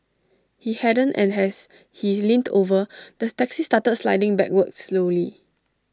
he hadn't and as he leaned over the taxi started sliding backwards slowly